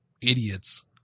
idiots